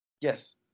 Yes